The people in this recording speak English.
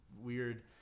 weird